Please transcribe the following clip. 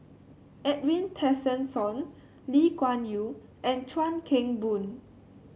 Edwin Tessensohn Lee Kuan Yew and Chuan Keng Boon